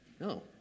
No